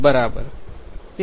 બરાબર